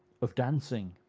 of dancing,